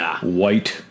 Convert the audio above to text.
white